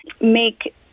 make